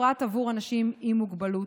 בפרט עבור אנשים עם מוגבלות.